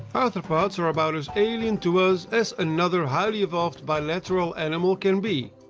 arthropods are about as alien to us as another highly evolved bilateral animal can be.